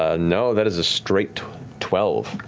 ah no, that is a straight twelve.